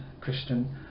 Christian